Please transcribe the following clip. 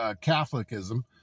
Catholicism